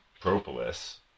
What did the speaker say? propolis